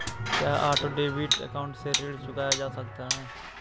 क्या auto debit account से ऋण चुकाया जा सकता है?